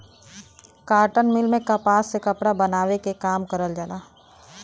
cotton mill में कपास से कपड़ा बनावे के काम करल जाला